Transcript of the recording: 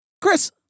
Chris